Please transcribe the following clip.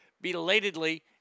belatedly